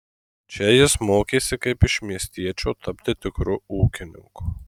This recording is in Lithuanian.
čia jis mokėsi kaip iš miestiečio tapti tikru ūkininku